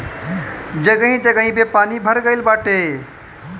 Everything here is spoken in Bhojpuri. जगही जगही पे पानी भर गइल बाटे